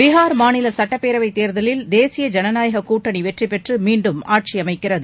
பீகார் மாநில சட்டப்பேரவைத் தேர்தலில் தேசிய ஜனநாயக கூட்டனி வெற்றி பெற்று மீன்டும் ஆட்சி அமைக்கிறது